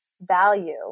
value